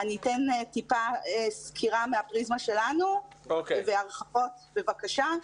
אני אתן טיפה סקירה מהפריזמה שלנו והרחבות, בבקשה.